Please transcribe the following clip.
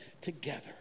together